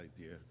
idea